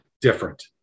different